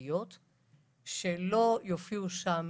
הוא שלא יופיעו שם